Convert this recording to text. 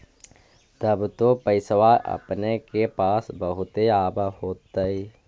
तब तो पैसबा अपने के पास बहुते आब होतय?